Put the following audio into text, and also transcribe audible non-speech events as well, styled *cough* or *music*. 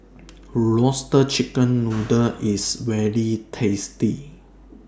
Roasted Chicken Noodle *noise* IS very tasty